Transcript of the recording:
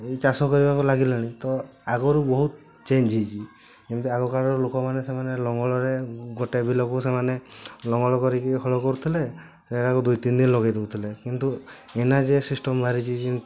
ଏଇ ଚାଷ କରିବାକୁ ଲାଗିଲେଣି ତ ଆଗରୁ ବହୁତ ଚେଞ୍ଜ୍ ହେଇଛି ଯେମିତି ଆଗକାଳରେ ଲୋକମାନେ ସେମାନେ ଲଙ୍ଗଳରେ ଗୋଟେ ବିଲକୁ ସେମାନେ ଲଙ୍ଗଳ କରିକି ହଳ କରୁଥିଲେ ଆଉ ଦୁଇ ତିନଦିନ ଲଗାଇ ଦଉଥିଲେ କିନ୍ତୁ ଏଇନା ଯେ ସିଷ୍ଟମ୍ ବାହାରଛି ଯେମିତି